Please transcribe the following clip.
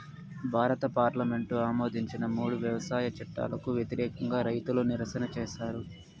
భారత పార్లమెంటు ఆమోదించిన మూడు వ్యవసాయ చట్టాలకు వ్యతిరేకంగా రైతులు నిరసన చేసారు